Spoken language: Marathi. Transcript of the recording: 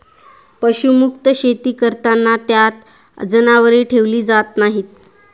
पशुमुक्त शेती करताना त्यात जनावरे ठेवली जात नाहीत